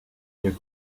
their